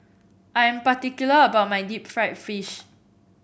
I am particular about my Deep Fried Fish